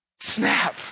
Snap